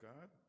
God